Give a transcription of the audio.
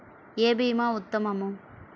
ఏ భీమా ఉత్తమము?